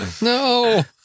No